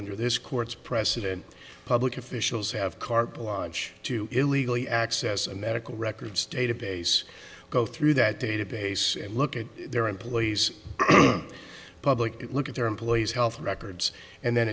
under this court's precedent public officials have carte blanche to illegally access a medical records database go through that database and look at their employees public it look at their employees health records and then